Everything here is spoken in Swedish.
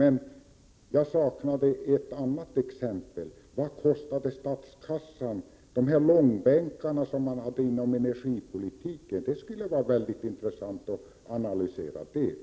Men jag saknar uppgifter om vad det kostade statskassan att dra energifrågorna i långbänk. Det skulle vara väldigt intressant med en analys på den punkten.